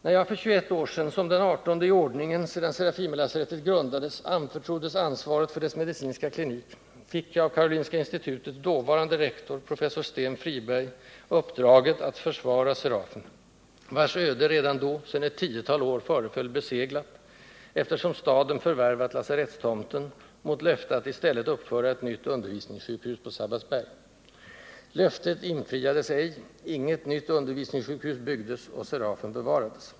När jag för 21 år sedan, som den artonde i ordningen sedan Serafimerlasarettet grundades, anförtroddes ansvaret för dess medicinska klinik, fick jag av Karolinska institutets dåvarande rektor professor Sten Friberg, uppdraget att försvara Serafen, vars öde redan då sedan ett tiotal år tillbaka föreföll beseglat, eftersom staden förvärvat lasarettstomten mot löfte att i stället uppföra ett nytt undervisningssjukhus på Sabbatsberg. Löftet infriades ej, inget nytt undervisningssjukhus byggdes och Serafen bevarades.